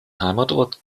heimatort